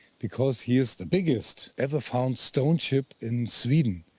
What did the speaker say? because here is the biggest ever found stone-ship in sweden.